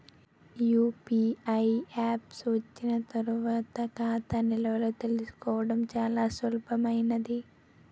UPI apps వచ్చిన తర్వాత ఖాతా నిల్వలు తెలుసుకోవడం చాలా సులభమైంది